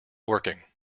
working